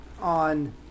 on